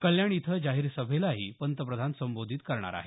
कल्याण इथं जाहीर सभेलाही पंतप्रधान संबोधित करणार आहेत